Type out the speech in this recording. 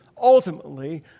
ultimately